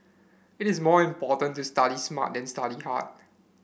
it is more important to study smart than study hard